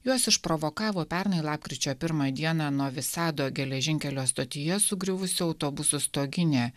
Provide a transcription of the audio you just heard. juos išprovokavo pernai lapkričio pirmąją dieną novi sado geležinkelio stotyje sugriuvusių autobusų stoginė